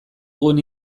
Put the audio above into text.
dugun